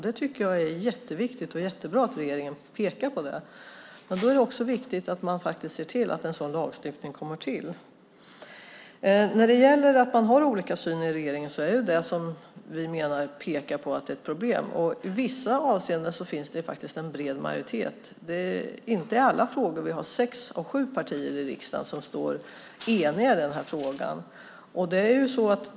Det tycker jag är jätteviktigt, och det är jättebra att regeringen pekar på det. Men då är det också viktigt att man ser till att en sådan lagstiftning kommer till. Man har olika syn i regeringen, och det är det vi pekar på som ett problem. I vissa avseenden finns det faktiskt en bred majoritet. Det är inte i alla frågor vi har sex av sju partier i riksdagen som står eniga, som i den här frågan.